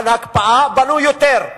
על הקפאה בנו יותר,